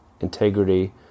integrity